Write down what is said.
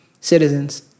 citizens